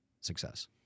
success